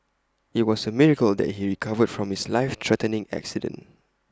IT was A miracle that he recovered from his life threatening accident